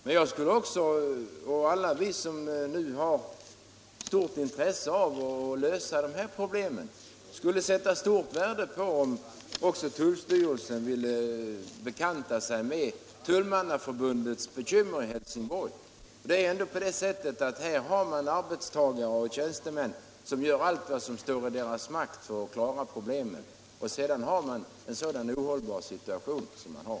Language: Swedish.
Men: vi alla som har verkligt intresse av att lösa dessa problem skulle sätta stort värde på om tullstyrelsen ville bekanta sig med Tulltjänstemannaförbundets bekymmer i Helsingborg. Dessa människor gör allt som står i deras makt för att lösa problemen, fastän situationen är ohållbar.